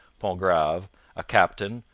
pontgrave, a captain,